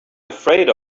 afraid